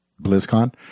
BlizzCon